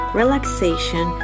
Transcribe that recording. relaxation